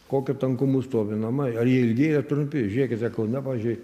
kokiu tankumu stovi namai ar jie ilgi ar trumpi žiūrėkite kaune pavyzdžiui